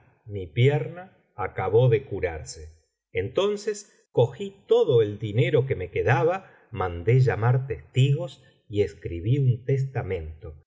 mi pierna acabó de curarse entonces cogí todo el dinero que me quedaba mandé llamar testigos y escribí un testamento